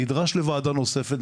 נדרש לוועדה נוספת,